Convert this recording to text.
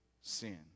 sin